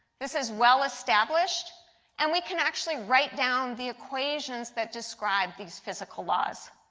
this is well-established and we can actually write down the equations that describe these physical laws.